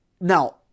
Now